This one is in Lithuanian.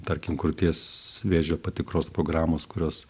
tarkim krūties vėžio patikros programos kurios